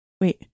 Wait